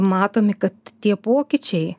matomi kad tie pokyčiai